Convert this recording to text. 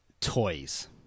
toys